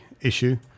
issue